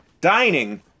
dining